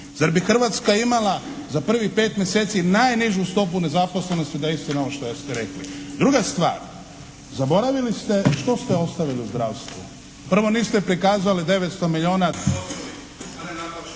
Zar bi Hrvatska imala za prvi 5 mjeseci najnižu stopu nezaposlenosti da je istina ovo što ste rekli? Druga stvar. Zaboravili ste što ste ostavili u zdravstvu. Prvo, niste prikazali 900 milijuna…